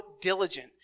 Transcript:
diligent